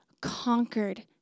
conquered